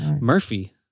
Murphy